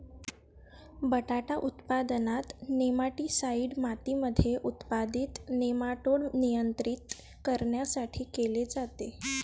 बटाटा उत्पादनात, नेमाटीसाईड मातीमध्ये उत्पादित नेमाटोड नियंत्रित करण्यासाठी केले जाते